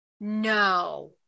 No